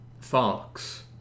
Fox